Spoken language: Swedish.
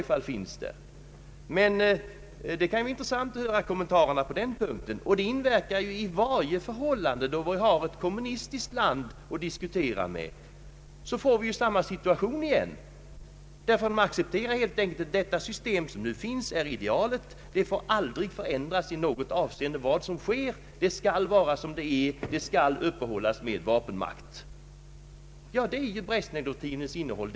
Det skulle vara intressant att få höra statsministerns kommentarer på den punkten. Så snart vi har ett kommunistiskt land att diskutera med ställs vi inför denna situation. Kommunistländerna hyllar nämligen tesen att det system som finns är idealet, det får inte förändras i något avseende vad som än sker, systemet skall upprätthållas med vapenmakt. Det är just Brezjnevdoktrinens innehåll.